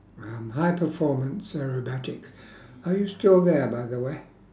um high performance aerobatics are you still there by the way